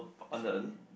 okay